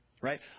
Right